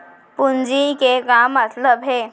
पूंजी के का मतलब हे?